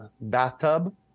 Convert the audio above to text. bathtub